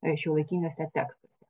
šiuolaikiniuose tekstuose